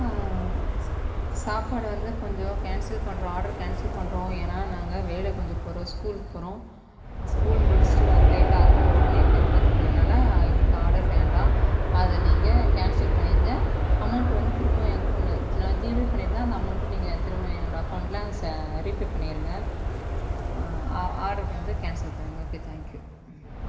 சாப்பாடு வந்து கொஞ்சம் கேன்சல் பண்ணுறோம் ஆர்டர் கேன்சல் பண்ணுறோம் ஏன்னா நாங்கள் வெளியில் கொஞ்சம் போகிறோம் ஸ்கூலுக்கு போகிறோம் ஸ்கூல் முடிச்சுட்டு வர லேட்டாகும் உடனே கிளம்புறன்றதுனால எங்களுக்கு ஆர்டர் வேண்டாம் அதை நீங்கள் கேன்சல் பண்ணிடுங்க அமௌண்ட்டை வந்து திரும்ப என் அகௌண்டில் நான் ஜிபே பண்ணிருக்கேன் அந்த அமௌண்ட்டை நீங்கள் திரும்ப என்னோடய அகௌண்டில் ச ரீபே பண்ணிருங்க ஆர்ட்ரு கொஞ்சம் கேன்சல் பண்ணிடுங்க ஓகே தேங்க்யூ